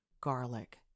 garlic